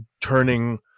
turning